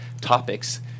topics